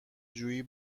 جویی